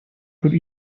could